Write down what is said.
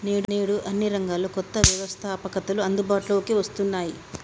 నేడు అన్ని రంగాల్లో కొత్త వ్యవస్తాపకతలు అందుబాటులోకి వస్తున్నాయి